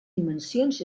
dimensions